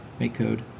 MakeCode